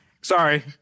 Sorry